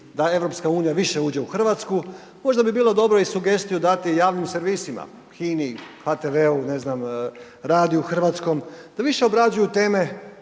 da EU više uđe u Hrvatsku, možda bi bilo dobro i sugestiju dati javnim servisima, HINA-i, HTV-u, ne znam, radiju hrvatskom da više obrađuju teme